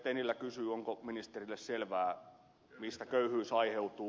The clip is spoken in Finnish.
tennilä kysyy onko ministerille selvää mistä köyhyys aiheutuu